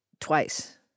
twice